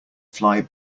fly